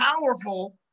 powerful